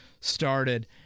started